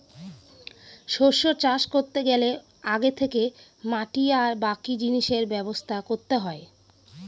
শস্য চাষ করতে গেলে আগে থেকে মাটি আর বাকি জিনিসের ব্যবস্থা করতে হয়